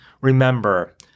Remember